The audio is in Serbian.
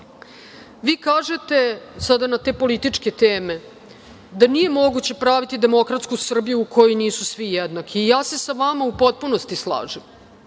kažete, sada na te političke teme, da nije moguće praviti demokratsku Srbiju u kojoj nisu svi jednaki. Ja se sa vama u potpunosti slažem